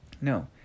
No